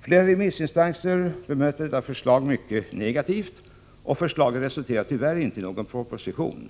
Flera remissinstanser bemötte detta förslag mycket negativt, och förslaget resulterade tyvärr inte i någon proposition.